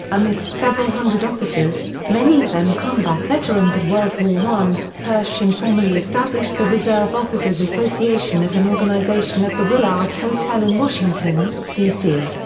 amidst several hundred officers, many of them combat veterans of world war i, pershing formally established the reserve officers association as an organization at the willard hotel in washington, d c.